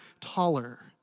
taller